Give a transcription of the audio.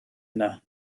yna